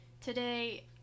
today